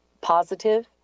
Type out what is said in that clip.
positive